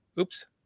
Oops